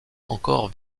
encore